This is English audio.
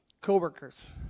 Coworkers